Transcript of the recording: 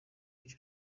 icyo